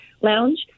lounge